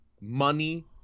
money